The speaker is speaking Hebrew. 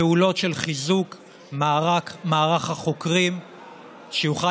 הפעולות של חיזוק מערך החוקרים שיוכל